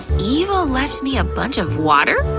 eva left me a bunch of water?